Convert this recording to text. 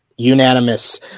unanimous